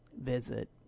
visit